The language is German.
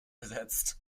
ersetzt